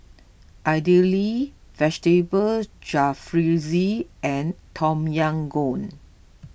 Idili Vegetable Jalfrezi and Tom Yam Goong